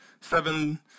Seven